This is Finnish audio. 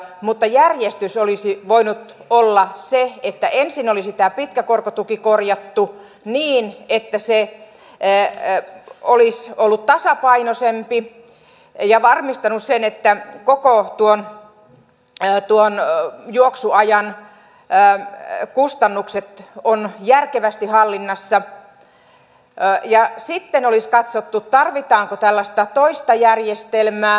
mutta järjestys olisi voinut olla se että ensin olisi tämä pitkä korkotuki korjattu niin että se olisi ollut tasapainoisempi ja varmistanut sen että koko tuon juoksuajan kustannukset ovat järkevästi hallinnassa ja sitten olisi katsottu tarvitaanko tällaista toista järjestelmää